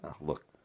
Look